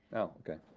oh, okay,